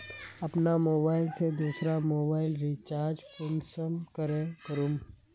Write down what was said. अपना मोबाईल से दुसरा मोबाईल रिचार्ज कुंसम करे करूम?